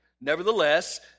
Nevertheless